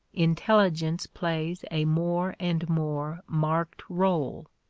intelligence plays a more and more marked role,